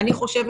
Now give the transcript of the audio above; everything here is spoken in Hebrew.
חושבת